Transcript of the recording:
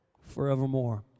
forevermore